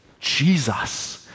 Jesus